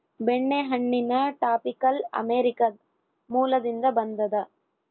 ಬೆಣ್ಣೆಹಣ್ಣಿನ tropical America ಮೂಲದಿಂದ ಬಂದದ